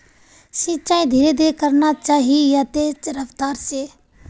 सिंचाई धीरे धीरे करना चही या तेज रफ्तार से?